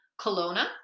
Kelowna